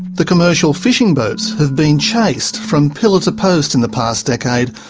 the commercial fishing boats have been chased from pillar to post in the past decade,